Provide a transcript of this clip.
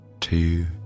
two